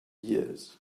years